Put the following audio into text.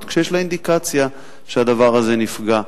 כשיש לה אינדיקציה שהדבר הזה נפגע.